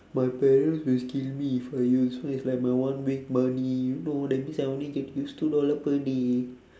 my parents will kill me if I use so it's like my one week money you know that means I only get to use two dollar per day